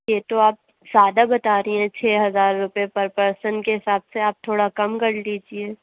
جی تو آپ زیادہ بتا رہی ہیں چھ ہزار روپیے پر پرسن کے حساب سے آپ تھوڑا کم کر لیجیے